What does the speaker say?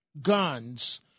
guns